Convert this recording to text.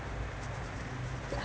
ya